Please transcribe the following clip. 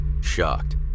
Shocked